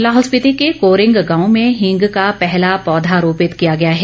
लाहौल स्पीति के कोरिंग गांव में हींग का पहला पौधा रोपित किया गया है